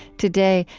today,